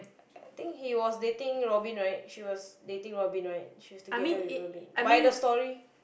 I think he was dating Robin right she was dating Robin right she was together with Robin by the story